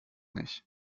nicht